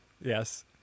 yes